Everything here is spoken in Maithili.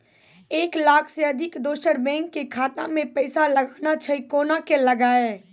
एक लाख से अधिक दोसर बैंक के खाता मे पैसा लगाना छै कोना के लगाए?